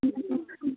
ଆ